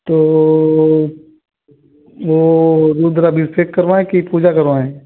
तो वो रुद्र अभिषेक करवाएं कि पूजा करवाएं